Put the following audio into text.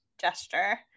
Gesture